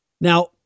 Now